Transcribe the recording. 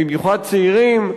במיוחד צעירים,